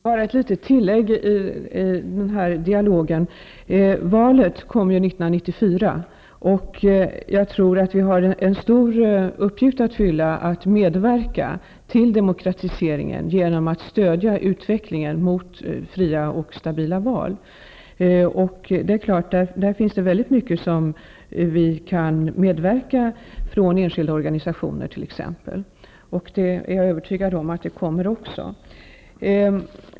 Herr talman! Jag vill bara göra ett litet tillägg i denna dialog. Valet sker Jag tror att vi har en stor uppgift att fylla när det gäller demokratiseringen genom att stödja utvecklingen mot fria och stabila val. Där finns det givetvis mycket som enskilda organisationer kan göra. Jag är övertygad om att det blir så.